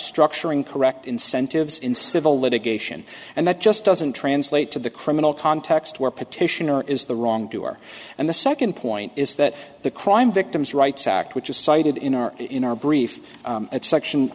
structuring correct incentives in civil litigation and that just doesn't translate to the criminal context where petitioner is the wrong doer and the second point is that the crime victims rights act which is cited in our in our brief at section